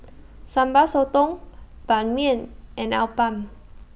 Sambal Sotong Ban Mian and Appam